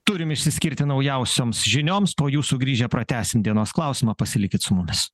turim išsiskirti naujausioms žinioms po jų sugrįžę pratęsim dienos klausimą pasilikit su mumis